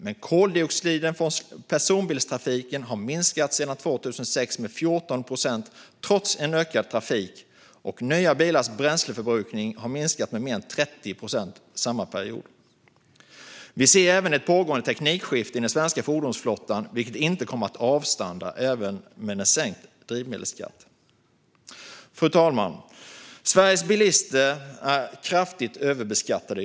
Men koldioxidutsläppen från personbilstrafiken har minskat med 14 procent sedan 2006 trots ökad trafik, och nya bilars bränsleförbrukning har minskat med mer än 30 procent under samma period. Vi ser även ett pågående teknikskifte i den svenska fordonsflottan som inte kommer att avstanna ens med sänkt drivmedelsskatt. Fru talman! Sveriges bilister är i dag kraftigt överbeskattade.